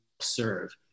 serve